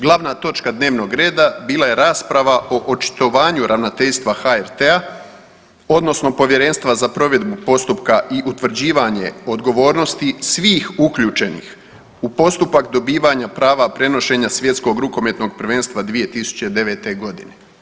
Glavna točka dnevnog reda bila je rasprava o očitovanju ravnateljstva HRT-a odnosno povjerenstva za provedbu postupka i utvrđivanje odgovornosti svih uključenih u postupak dobivanja prava prenošenja Svjetskog rukometnog prvenstva 2009. godine.